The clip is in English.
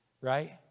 Right